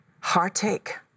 heartache